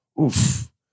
Oof